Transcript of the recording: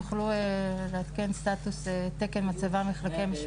תוכלו לעדכן סטטוס תקן מצבה מחלקי משפחה?